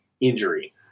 injury